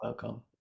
Welcome